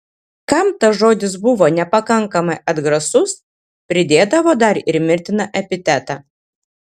kam tas žodis buvo nepakankamai atgrasus pridėdavo dar ir mirtiną epitetą